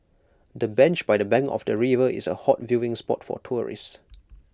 the bench by the bank of the river is A hot viewing spot for tourists